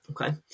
Okay